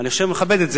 אני מכבד את זה,